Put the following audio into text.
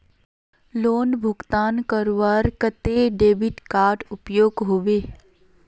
Loan भुगतान करवार केते डेबिट कार्ड उपयोग होबे?